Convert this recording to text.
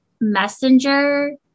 Messenger